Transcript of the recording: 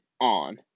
on